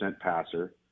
passer